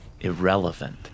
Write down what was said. irrelevant